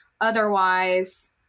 Otherwise